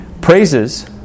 praises